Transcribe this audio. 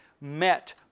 met